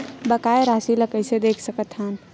बकाया राशि ला कइसे देख सकत हान?